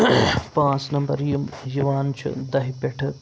پانٛژھ نمبر یِم یِوان چھِ دَہہِ پٮ۪ٹھٕ